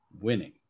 Winning